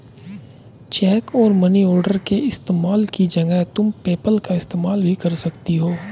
check और money order के इस्तेमाल की जगह तुम पेपैल का इस्तेमाल भी कर सकती हो